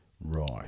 Right